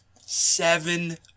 Seven